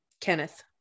kenneth